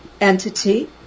entity